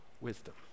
wisdom